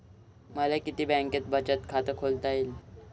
मले किती बँकेत बचत खात खोलता येते?